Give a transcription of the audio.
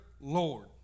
Lord